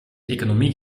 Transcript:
economie